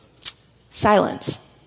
silence